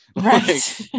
right